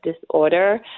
disorder